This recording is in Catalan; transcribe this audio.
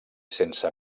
sense